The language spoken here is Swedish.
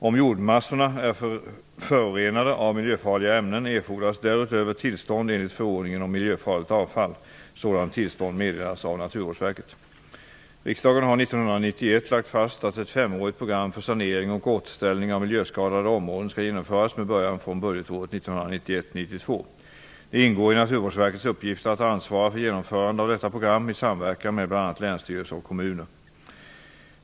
Om jordmassorna är förorenade av miljöfarliga ämnen erfordras därutöver tillstånd enligt förordningen om miljöfarligt avfall. Sådant tillstånd meddelas av Riksdagen har 1991 (rskr. 1990 92. Det ingår i Naturvårdsverkets uppgifter att ansvara för genomförande av detta program i samverkan med bl.a. länsstyrelsen och kommuner.